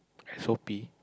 S o_p